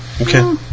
Okay